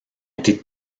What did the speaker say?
été